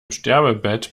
sterbebett